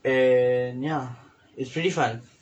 and ya it's pretty fun